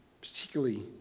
particularly